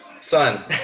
son